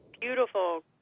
beautiful